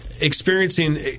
experiencing